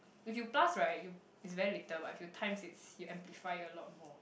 if you plus right you is very little but if you times is you amplify it a lot more